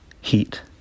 heat